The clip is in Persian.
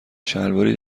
شلواری